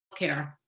healthcare